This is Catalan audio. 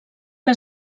que